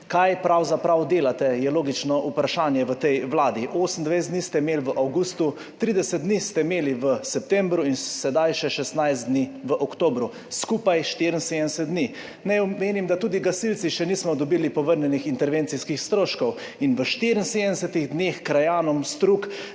Kaj pravzaprav delate, je logično vprašanje tej vladi. 28 dni ste imeli v avgustu, 30 dni ste imeli v septembru in sedaj še 16 dni v oktobru, skupaj 74 dni. Naj omenim, da tudi gasilci še nismo dobili povrnjenih intervencijskih stroškov. In v 74 dneh krajanom Strug